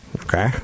Okay